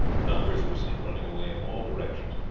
numbers were seen running away in all directions,